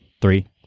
Three